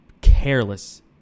careless